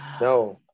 No